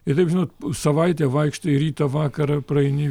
ir taip žinot savaitę vaikštai rytą vakarą praeini